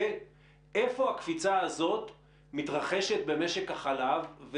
איפה הקפיצה הזאת מתרחשת במשק החלב,